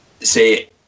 say